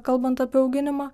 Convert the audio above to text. kalbant apie auginimą